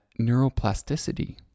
neuroplasticity